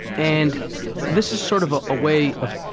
and this is sort of a way of,